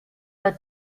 par